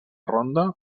ronda